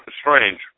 strange